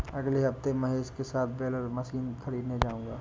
अगले हफ्ते महेश के साथ बेलर मशीन खरीदने जाऊंगा